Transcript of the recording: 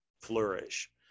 flourish